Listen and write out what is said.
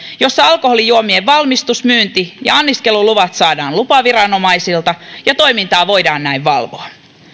jossa alkoholijuomien valmistus myynti ja anniskeluluvat saadaan lupaviranomaisilta ja toimintaa voidaan näin valvoa